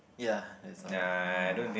ya that's all lah ah